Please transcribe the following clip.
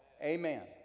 Amen